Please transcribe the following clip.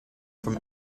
from